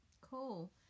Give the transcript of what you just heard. Cool